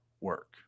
work